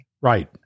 Right